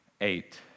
Eight